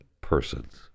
persons